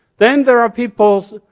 then there are peoples,